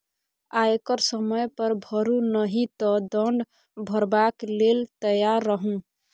आयकर समय पर भरू नहि तँ दण्ड भरबाक लेल तैयार रहु